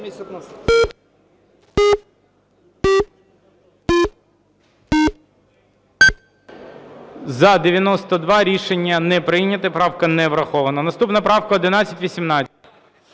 За-92 Рішення не прийнято. Правка не врахована. Наступна правка 1118.